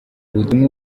butumwa